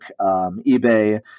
ebay